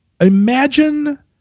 imagine